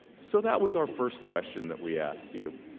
so that was our first question that we ask you.